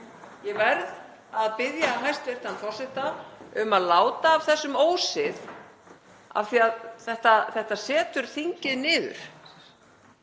Ég verð að biðja hæstv. forseta um að láta af þessum ósið af því að þetta setur þingið niður.